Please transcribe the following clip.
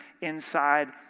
inside